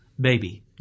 baby